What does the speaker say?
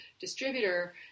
distributor